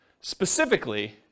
specifically